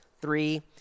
three